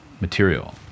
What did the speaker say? material